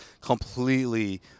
completely